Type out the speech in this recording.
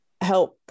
help